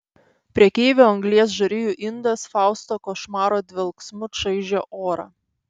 prekeivio anglies žarijų indas fausto košmaro dvelksmu čaižė orą